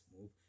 move